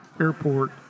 Airport